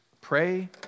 pray